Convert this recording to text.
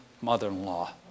mother-in-law